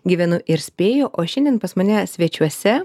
gyvenu ir spėju o šiandien pas mane svečiuose